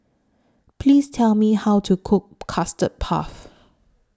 Please Tell Me How to Cook Custard Puff